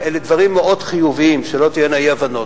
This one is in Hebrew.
אלה דברים מאוד חיוביים, שלא תהיינה אי-הבנות.